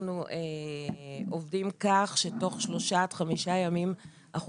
אנחנו עובדים כך שתוך שלושה עד חמישה ימים אנחנו